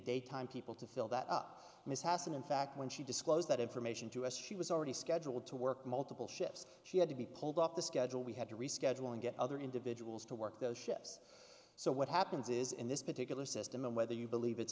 daytime people to fill that up mishaps and in fact when she disclosed that information to us she was already scheduled to work multiple ships she had to be pulled off the schedule we had to reschedule and get other individuals to work those ships so what happens is in this particular system whether you believe it's